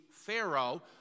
pharaoh